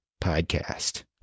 podcast